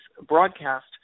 broadcast